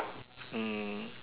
mm